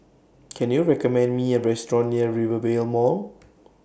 Can YOU recommend Me A Restaurant near Rivervale Mall